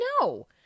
no